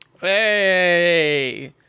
Hey